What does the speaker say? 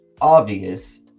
obvious